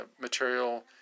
material